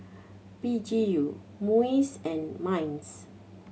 P G U MUIS and MINDS